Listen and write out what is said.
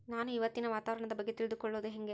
ನಾನು ಇವತ್ತಿನ ವಾತಾವರಣದ ಬಗ್ಗೆ ತಿಳಿದುಕೊಳ್ಳೋದು ಹೆಂಗೆ?